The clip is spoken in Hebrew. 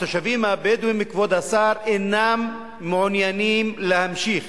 התושבים הבדואים, כבוד השר, אינם מעוניינים להמשיך